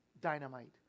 dynamite